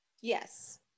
Yes